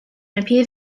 appeared